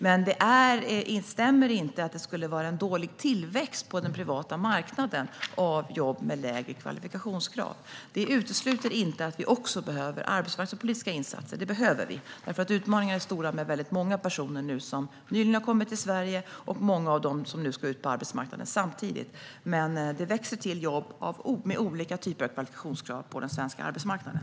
Men det stämmer inte att det skulle vara en dålig tillväxt på den privata marknaden av jobb med lägre kvalifikationskrav. Det utesluter inte att vi också behöver arbetsmarknadspolitiska insatser. Det behöver vi. Utmaningarna är stora med väldigt många personer som nyligen har kommit till Sverige, och många av dem ska nu ut samtidigt på arbetsmarknaden. Men det växer till jobb med olika typer av kvalifikationskrav på den svenska arbetsmarknaden.